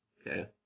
Okay